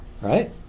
Right